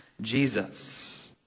Jesus